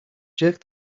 jerk